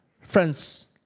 friends